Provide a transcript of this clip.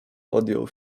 podjął